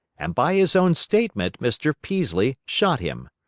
and by his own statement, mr. peaslee shot him.